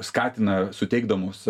skatina suteikdamos